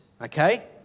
Okay